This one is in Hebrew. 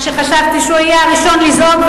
שחשבתי שהוא יהיה הראשון לזעוק,